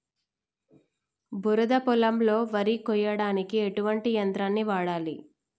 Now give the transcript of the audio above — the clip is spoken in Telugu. బురద పొలంలో వరి కొయ్యడానికి ఎటువంటి యంత్రాన్ని వాడాలి?